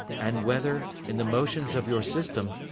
and whether, in the motions of your system,